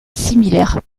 similaires